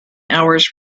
hours